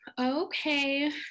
okay